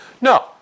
No